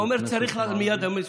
ואומר שצריך, מייד אני מסיים,